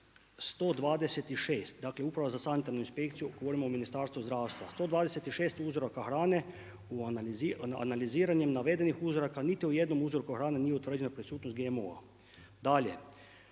126, dakle Uprava za Sanitarnu inspekciju, govorim o Ministarstvu zdravstva. 126 uzoraka hrane analiziranjem navedenih uzoraka niti u jednom uzorku hrane nije utvrđena prisutnost GMO-a.